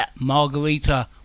Margarita